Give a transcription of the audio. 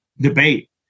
debate